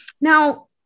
Now